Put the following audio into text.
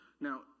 Now